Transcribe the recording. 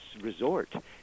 resort